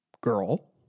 girl